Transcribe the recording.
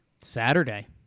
Saturday